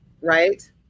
right